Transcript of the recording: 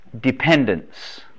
dependence